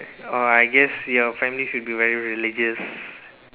oh I guess your family should be very religious